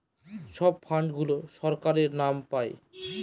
সব ফান্ড গুলো সরকারের নাম পাই